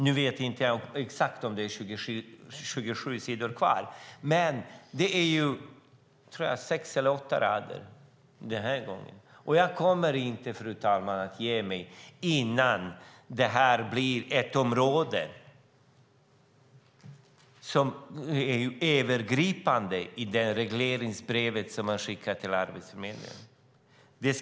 Nu vet jag inte om det är exakt 27 sidor fortfarande, men jag tror att det är sex eller åtta rader om arbetsgivarkontakter den här gången. Jag kommer inte att ge mig, fru talman, förrän det här blir ett område som är övergripande i det regleringsbrev som man skickar till Arbetsförmedlingen.